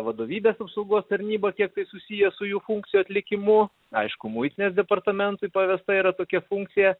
vadovybės apsaugos tarnyba kiek tai susiję su jų funkcijų atlikimu aišku muitinės departamentui pavesta yra tokia funkcija